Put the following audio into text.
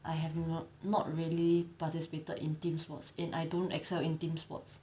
I have no not really participated in team sports and I don't excel in team sports